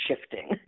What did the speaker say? shifting